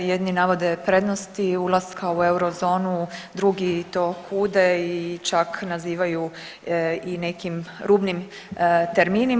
Jedni navode prednosti ulaska u euro zonu, drugi to kude i čak nazivaju i nekim … terminima.